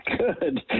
Good